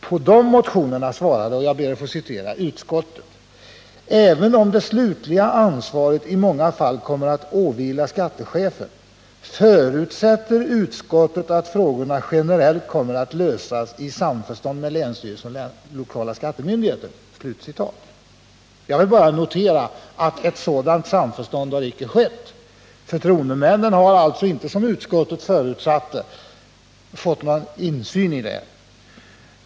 På dessa motioner svarade utskottet: ” Även om det slutliga ansvaret i många fall kommer att åvila skattechefen, förutsätter utskottet att frågorna generellt kommer att lösas i samförstånd med länsstyrelsen och LSM.” Jag vill bara notera att ett sådant samförstånd icke har kommit till stånd. Förtroendemännen har alltså inte, som utskottet förutsätter, fått någon insyn.